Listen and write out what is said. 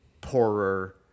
poorer